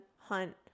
hunt